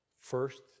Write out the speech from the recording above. first